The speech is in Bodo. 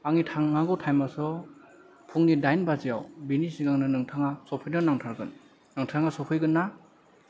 आंनि थांनांगौ टाइमाथ' फुंनि डाइन बाजियाव बेनि सिगांनो नोंथांङा सफैनो नांथारगोन नोंथाङा सफैगोन ना